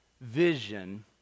vision